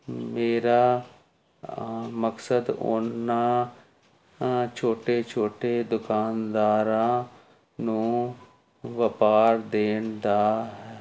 ਮੇਰਾ ਮਕਸਦ ਉਹਨਾਂ ਛੋਟੇ ਛੋਟੇ ਦੁਕਾਨਦਾਰਾਂ ਨੂੰ ਵਪਾਰ ਦੇਣ ਦਾ ਹੈ